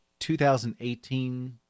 2018